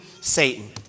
Satan